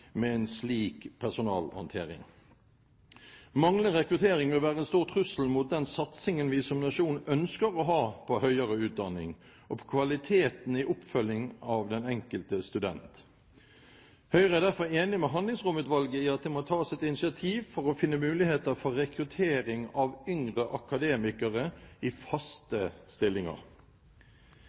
med en slik personalhåndtering? Manglende rekruttering vil være en stor trussel mot den satsingen vi som nasjon ønsker å ha på høyere utdanning, og på kvaliteten i oppfølgingen av den enkelte student. Høyre er derfor enig med Handlingsromutvalget i at det må tas et initiativ for å finne muligheter for rekruttering av yngre akademikere i faste stillinger.